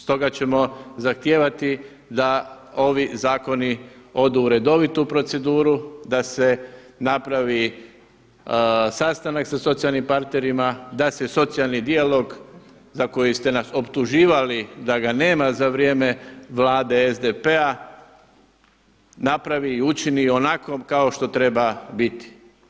Stoga ćemo zahtijevati da ovi zakoni odu u redovitu proceduru, da se napravi sastanak sa socijalnim partnerima da se socijalni dijalog za koji ste nas optuživali da ga nema za vrijeme Vlade SDP-a napravi i učini onako kao što treba biti.